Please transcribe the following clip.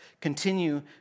continue